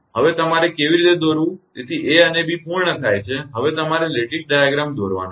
હવે તમારે કેવી રીતે દોરવું તેથી a અને b પૂર્ણ થાય છે હવે તમારે લેટીસ ડાયાગ્રામ દોરવાનો છે